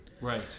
Right